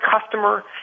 customer